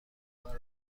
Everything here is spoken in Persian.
آگاه